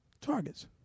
Targets